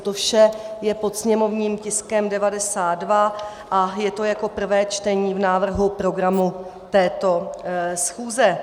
To vše je pod sněmovním tiskem 92 a je to jako prvé čtení návrhu programu této schůze.